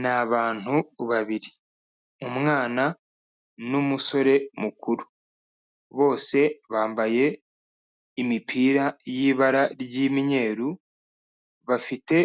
Ni abantu babiri umwana n'umusore mukuru, bose bambaye imipira y'ibara ry'imyeru, bafite